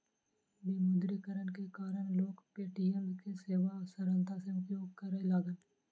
विमुद्रीकरण के कारण लोक पे.टी.एम के सेवा सरलता सॅ उपयोग करय लागल